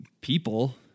people